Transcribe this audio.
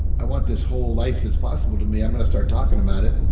i want this whole life that's possible to me i'm going to start talking about it.